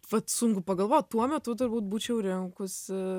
vat sunku pagalvot tuo metu turbūt būčiau rinkusi